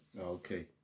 Okay